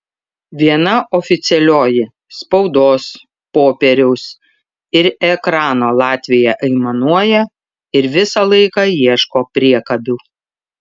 viena oficialioji spaudos popieriaus ir ekrano latvija aimanuoja ir visą laiką ieško priekabių